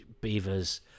beavers